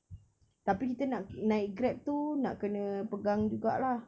tapi kita nak naik grab tu nak kena pegang juga lah